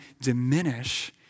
diminish